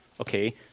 Okay